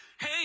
Hey